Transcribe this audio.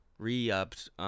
re-upped